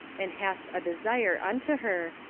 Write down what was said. and hast a desire unto her,